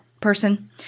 person